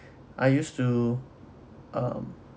I used to um